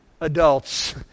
adults